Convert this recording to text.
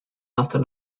after